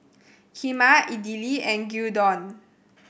Kheema Idili and Gyudon